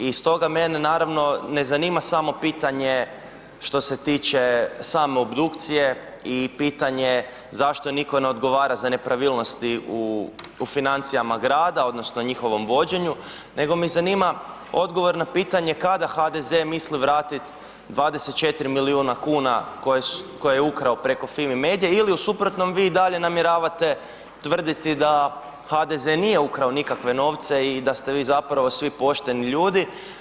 I stoga mene naravno ne zanima samo pitanje što se tiče samo obdukcije i pitanje zašto nitko ne odgovara za nepravilnosti u financijama grada odnosno njihovom vođenju, nego me zanima odgovor na pitanje kada HDZ misli vratiti 24 milijuna kuna koje je ukrao preko Fimi medie ili u suprotnom vi i dalje namjeravate tvrditi da HDZ nije ukrao nikakve novce i da ste vi zapravo svi pošteni ljudi.